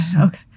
Okay